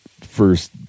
first